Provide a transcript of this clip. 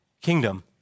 kingdom